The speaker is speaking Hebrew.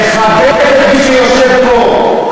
תכבד את מי שיושב פה,